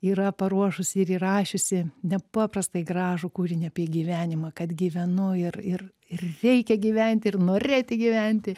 yra paruošusi ir įrašiusi nepaprastai gražų kūrinį apie gyvenimą kad gyvenu ir ir ir reikia gyventi ir norėti gyventi